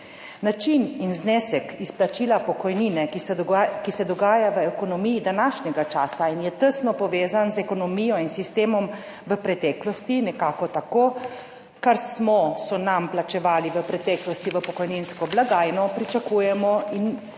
način in znesek izplačila pokojnine, ki se, ki se dogaja v ekonomiji današnjega časa in je tesno povezan z ekonomijo in sistemom v preteklosti, nekako tako, kar smo, so nam plačevali v preteklosti v pokojninsko blagajno, pričakujemo in